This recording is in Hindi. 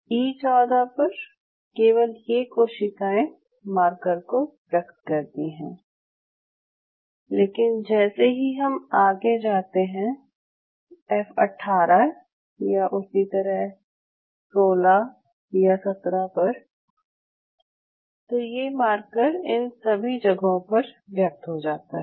ई 14 पर केवल ये कोशिकायें मार्कर को व्यक्त करती हैं लेकिन जैसे ही हम आगे जाते हैं एफ 18 या उसी तरह 16 या 17 पर तो ये मार्कर इन सभी जगहों पर व्यक्त हो जाता है